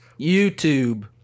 YouTube